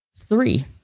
three